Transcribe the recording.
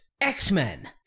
X-Men